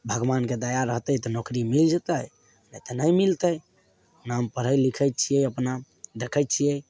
भगवानके दया रहतै तऽ नौकरी मिल जेतय नइ तऽ नहि मिलतै अपना पढ़य लिखय छियै अपना देखय छियै